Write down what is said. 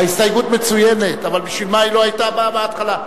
ההסתייגות מצוינת, אבל למה היא לא היתה בהתחלה?